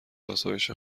آسایش